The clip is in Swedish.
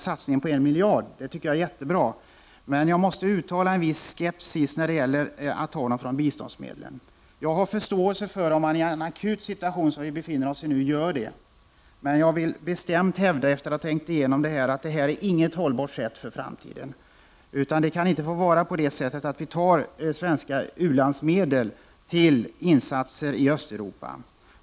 Satsningen på 1 miljard tycker jag är jättebra, men jag måste uttala en viss skepsis när det gäller att ta den från biståndsmedlen. Jag har förståelse för om man i en akut situation, som vi befinner oss i nu, gör det, men jag vill bestämt hävda, efter att ha tänkt igenom det hela, att det här är inget hållbart sätt för framtiden. Det kan inte få vara på det sättet, att vi tar svenska u-landsmedel till insatser i Östeuropa.